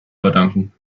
verdanken